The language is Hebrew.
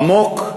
עמוק,